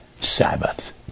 Sabbath